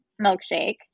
milkshake